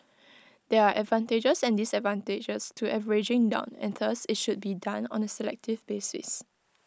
there are advantages and disadvantages to averaging down and thus IT should be done on A selective basis